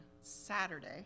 Saturday